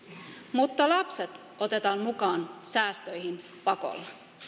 mutta lapset otetaan mukaan säästöihin pakolla